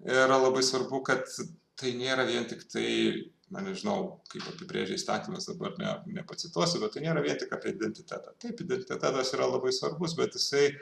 yra labai svarbu kad tai nėra vien tiktai na nežinau kaip apibrėžia įstatymas dabar ne nepacituosiu bet tai nėra vien apie identitetą taip identitetas yra labai svarbus bet jisai